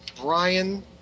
Brian